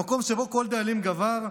למקום שבו כל דאלים גבר,